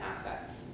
affects